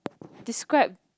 describe